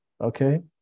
Okay